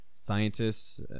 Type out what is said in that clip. Scientists